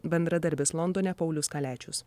bendradarbis londone paulius kaliačius